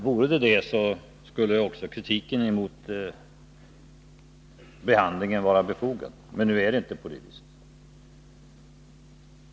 Vore det sant, skulle också kritiken mot behandlingen av detta ärende vara befogad.